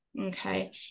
okay